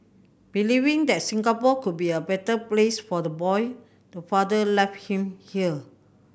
believing that Singapore would be a better place for the boy the father left him here